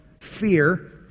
fear